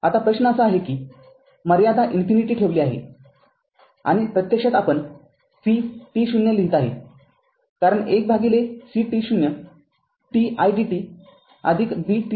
आता प्रश्न असा आहे की मर्यादा इन्फिनिटी ठेवली आहे आणि प्रत्यक्षात आपण v t0 लिहीत आहे कारण १ct0 t idt bt0आहे